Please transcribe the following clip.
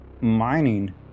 mining